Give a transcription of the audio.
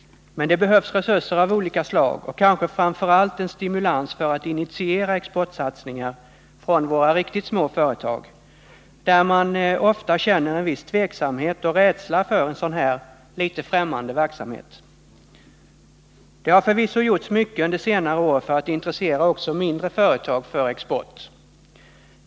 Men det behövs resurser av olika slag och kanske framför allt en stimulans för att initiera exportsatsningar från våra riktigt små företag, där man ofta känner viss tveksamhet och rädsla för en sådan här, litet främmande verksamhet. Det har förvisso gjorts mycket under senare år för att intressera också mindre företag för export.